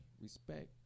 Respect